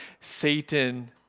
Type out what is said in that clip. Satan